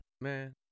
Man